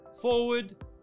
Forward